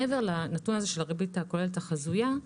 מעבר לנתון של הריבית הכוללת החזויה,